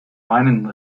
meinen